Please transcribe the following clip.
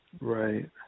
right